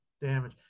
damage